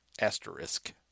Asterisk